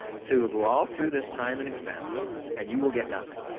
so, you'll go all through this time and expense and you will get nothing,